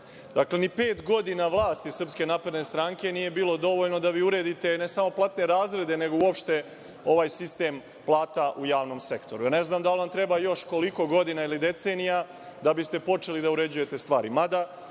ni pet godina vlasti SNS nije bilo dovoljno da uredite ne samo platne razrede nego uopšte ovaj sistem plata u javnom sektoru. Ne znam da li vam treba još koliko godina ili decenija da biste počeli da uređujete stvari.